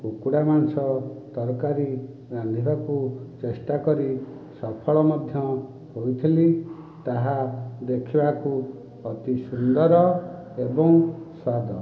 କୁକୁଡ଼ା ମାଂସ ତରକାରୀ ରାନ୍ଧିବାକୁ ଚେଷ୍ଟା କରି ସଫଳ ମଧ୍ୟ ହୋଇଥିଲି ତାହା ଦେଖିବାକୁ ଅତି ସୁନ୍ଦର ଏବଂ ସ୍ୱାଦ